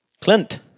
Clint